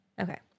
Okay